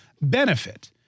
benefit